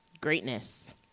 greatness